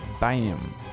Bam